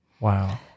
Wow